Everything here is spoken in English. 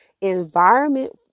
environment